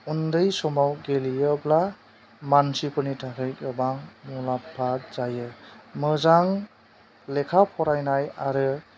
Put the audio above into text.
उन्दै समाव गेलेयोब्ला मानसिफोरनि थाखाय गोबां मुलाम्फा जायो मोजां लेखा फरायनाय आरो